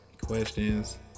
questions